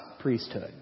priesthood